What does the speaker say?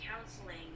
counseling